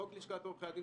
חוק לשכת עורכי הדין